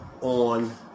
On